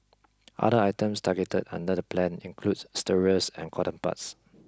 other items targeted under the plan include stirrers and cotton buds